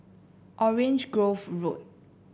Orange Grove Road